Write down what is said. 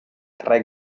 tre